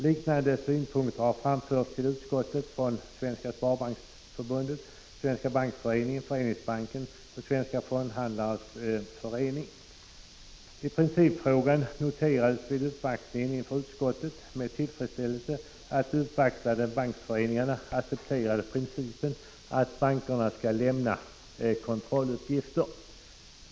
Liknande synpunkter har framförts till utskottet från Svenska sparbanksföreningen, Svenska bankföreningen, Föreningsbanken och Svenska fondhandlareföreningen. I principfrågan noterades vid uppvaktningen inför utskottet med tillfredsställelse att de uppvaktande bankföreningarna accepterade principen att bankerna skall lämna kontrolluppgifter.